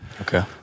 Okay